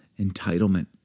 entitlement